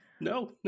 no